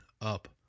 up